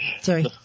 Sorry